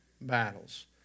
battles